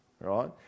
right